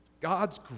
God's